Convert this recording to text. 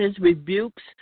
rebukes